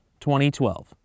2012